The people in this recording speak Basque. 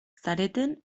zareten